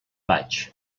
vaig